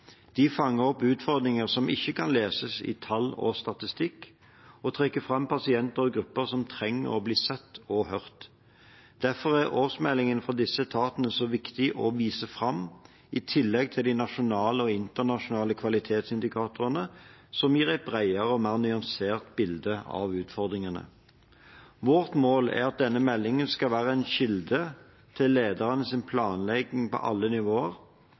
De fanger opp utfordringer som ikke kan leses i tall og statistikk, og trekker fram pasienter og grupper som trenger å bli sett og hørt. Derfor er årsmeldingene fra disse etatene så viktige å vise fram – i tillegg til de nasjonale og internasjonale kvalitetsindikatorene som gir et bredere og mer nyansert bilde av utfordringene. Vårt mål er at denne meldingen skal være en kilde til ledernes planlegging på alle nivåer,